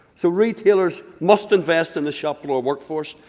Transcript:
so retailers must invest in the shop floor workforce.